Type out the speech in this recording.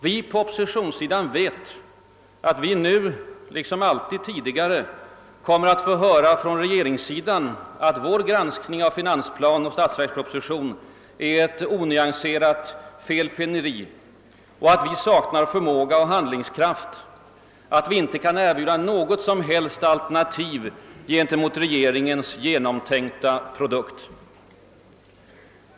Vi på oppositionssidan vet att vi nu, liksom alltid tidigare, kommer att få höra av regeringssidan att vår granskning av finansplan och statsverksproposition är ett onyanserat felfinneri, att vi saknar förmåga och handlingskraft och att vi inte kan erbjuda något som helst alternativ till regeringens genomtänkta produkt.